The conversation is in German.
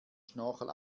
schnorchel